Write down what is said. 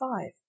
five